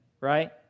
Right